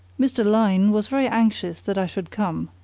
mr. lyne was very anxious that i should come,